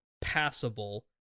passable